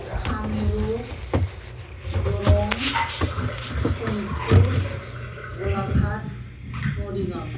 Kamrup Darrang Sonitpur Golaghat Morigaon